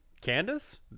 candace